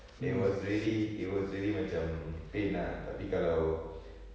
it was really it was really macam pain lah tapi kalau